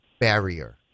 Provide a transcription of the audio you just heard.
barrier